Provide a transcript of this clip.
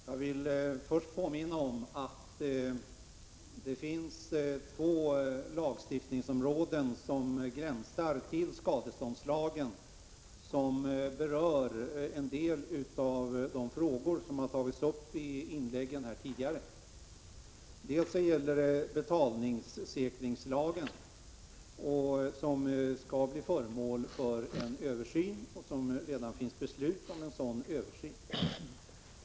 Herr talman! Jag vill först påminna om att det finns två lagstiftningsområden som gränsar till skadeståndslagen. De berör en del av de frågor som har tagits upp tidigare inlägg. Det gäller bl.a. betalningssäkringslagen som skall bli föremål för en översyn. Det finns redan beslut om en sådan översyn.